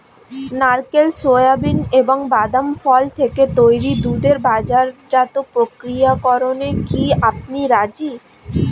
নারকেল, সোয়াবিন এবং বাদাম ফল থেকে তৈরি দুধের বাজারজাত প্রক্রিয়াকরণে কি আপনি রাজি?